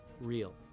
real